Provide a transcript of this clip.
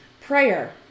Prayer